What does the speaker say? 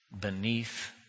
beneath